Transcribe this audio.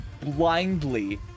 blindly